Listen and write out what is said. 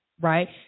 right